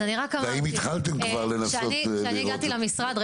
כשאני נכנסתי למשרד,